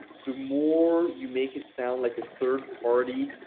the more you make it sound like a third party,